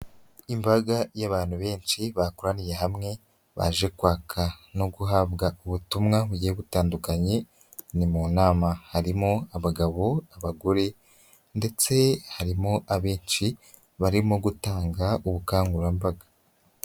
Imbaga y'abantu benshi bakoraniye hamwe baje kwaka no guhabwa ubutumwa bugiye butandukanye, ni mu nama harimo abagabo, abagore ndetse harimo abenshi barimo gutanga ubukangurambaga.